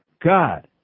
God